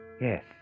Yes